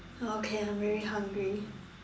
okay I'm very hungry